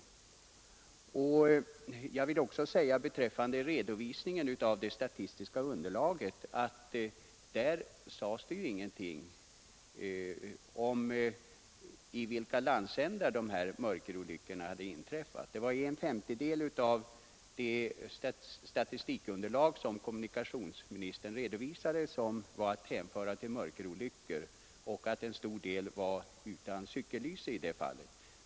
Kommunikationsministern redogjorde för det statistiska underlaget för den nya bestämmelsen. En femtedel av de redovisade olyckorna var att hänföra till kategorin mörkerolyckor, och i en stor del av fallen saknades cykellyse, fick vi veta.